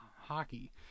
hockey